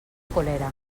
colera